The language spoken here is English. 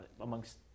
amongst